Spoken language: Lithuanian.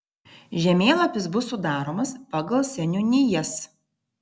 žemėlapis bus sudaromas pagal seniūnijas